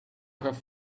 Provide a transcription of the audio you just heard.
have